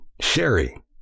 Sherry